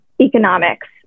economics